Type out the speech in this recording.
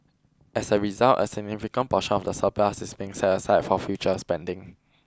as a result a significant portion of the surplus is being set aside for future spending